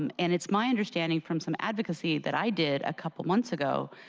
um and it's my understanding from some advocacy that i did a couple months ago